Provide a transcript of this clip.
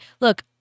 look